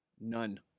None